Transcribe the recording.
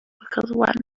because